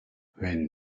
when